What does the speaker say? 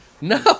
No